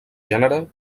gènere